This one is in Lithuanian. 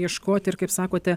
ieškoti ir kaip sakote